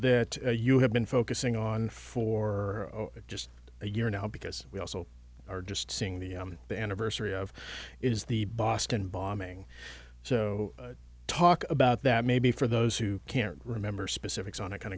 that you have been focusing on for just a year now because we also are just seeing the you know the anniversary of it is the boston bombing so talk about that maybe for those who can't remember specifics on it kind